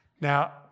Now